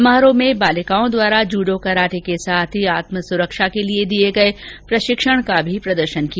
समारोह में बालिकाओं द्वारा जूड़ो कराटे के साथ ही आत्म सुरक्षा के लिए दिए गए प्रशिक्षण का प्रदर्शन भी किया